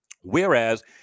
Whereas